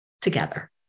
together